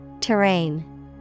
Terrain